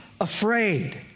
afraid